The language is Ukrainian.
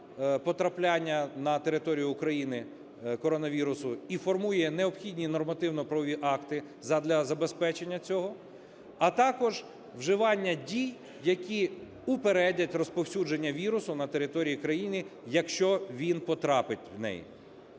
потрапляння на територію України коронавірусу і формує необхідні нормативно-правові акти задля забезпечення цього, а також вживання дій, які упередять розповсюдження вірусу на території країни, якщо він потрапить в неї.